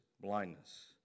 blindness